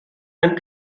than